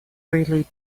really